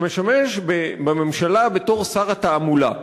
שמשמש בממשלה בתור שר התעמולה.